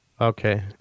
Okay